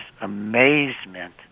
amazement